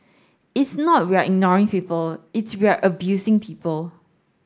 it's not we're ignoring people it's we're abusing people